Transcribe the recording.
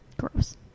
Gross